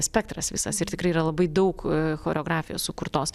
spektras visas ir tikrai yra labai daug choreografijos sukurtos